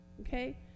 okay